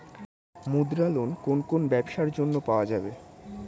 মুদ্রা লোন কোন কোন ব্যবসার জন্য পাওয়া যাবে?